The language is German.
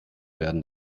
werden